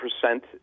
percent